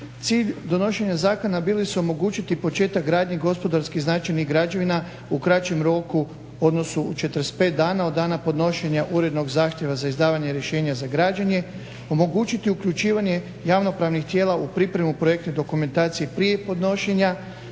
Cilj donošenja zakona bili su omogućiti početak gradnje gospodarski značajnih građevina u krećem roku, odnosno 45 dana od dana podnošenja urednog zahtjeva za izdavanje rješenja za građenje, omogućiti uključivanje javno-pravnih tijela u pripremu projektne dokumentacije prije podnošenja